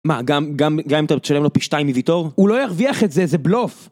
מה, גם גם אם אתה תשלם לו פי שתיים מוויטור? הוא לא ירוויח את זה, זה בלוף!